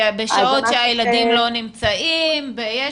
בשעות שהילדים לא נמצאים, וכו'.